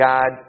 God